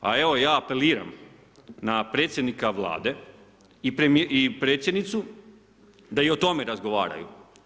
Pa evo, ja apeliram na predsjednika Vlade i predsjednicu da i o tome razgovaraju.